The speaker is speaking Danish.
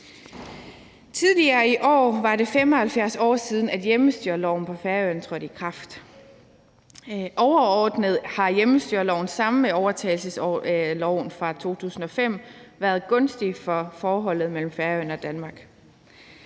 Tidligere i år var det 75 år siden, at hjemmestyreloven på Færøerne trådte i kraft. Overordnet har hjemmestyreloven sammen med overtagelsesloven fra 2005 været gunstig for forholdet mellem Færøerne og Danmark.